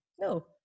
no